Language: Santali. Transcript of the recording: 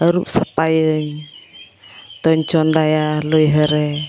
ᱟᱹᱨᱩᱵ ᱥᱟᱯᱟᱭᱟᱹᱧ ᱩᱛᱩᱧ ᱪᱚᱸᱫᱟᱭᱟ ᱞᱩᱭᱦᱟᱹᱨᱮ